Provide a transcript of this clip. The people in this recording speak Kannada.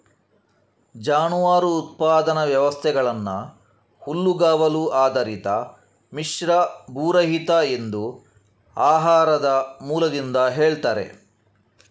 ಜಾನುವಾರು ಉತ್ಪಾದನಾ ವ್ಯವಸ್ಥೆಗಳನ್ನ ಹುಲ್ಲುಗಾವಲು ಆಧಾರಿತ, ಮಿಶ್ರ, ಭೂರಹಿತ ಎಂದು ಆಹಾರದ ಮೂಲದಿಂದ ಹೇಳ್ತಾರೆ